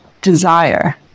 desire